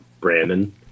Brandon